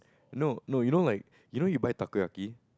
no no you know like you know you buy Takoyaki